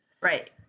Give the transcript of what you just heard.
Right